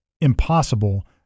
impossible